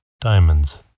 diamonds